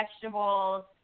vegetables